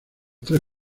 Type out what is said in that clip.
tres